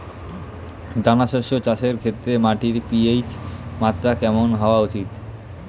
দানা শস্য চাষের ক্ষেত্রে মাটির পি.এইচ মাত্রা কেমন হওয়া উচিৎ?